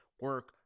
Work